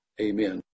Amen